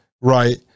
right